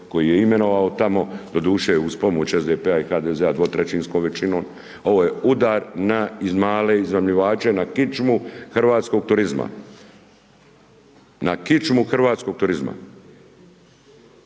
koji je imenovao tamo, doduše uz pomoć SDP-a i HDZ-a dvotrećinskom većinom. Ovo je udar na male iznajmljivače, na kičmu hrvatskog turizma. Na kičmu hrvatskog turizma.